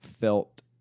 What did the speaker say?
felt